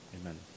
Amen